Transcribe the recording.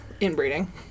inbreeding